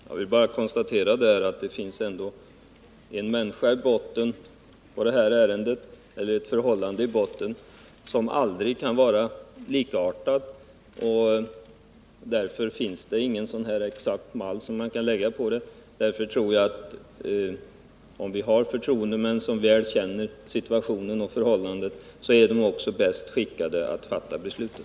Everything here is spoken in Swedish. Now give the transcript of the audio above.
Herr talman! Det finns ändå alltid en människa eller ett förhållande i botten på varje ärende, som gör att två ärenden aldrig kan vara exakt lika. Därför finns det ingen mall som man kan följa. Förtroendemän som väl känner situationen och förhållandena är därför också de som är bäst skickade att fatta besluten.